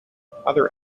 other